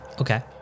Okay